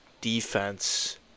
defense